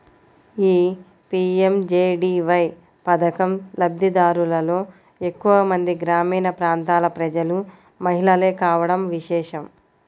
ఈ పీ.ఎం.జే.డీ.వై పథకం లబ్ది దారులలో ఎక్కువ మంది గ్రామీణ ప్రాంతాల ప్రజలు, మహిళలే కావడం విశేషం